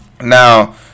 Now